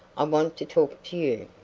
i want to talk to you.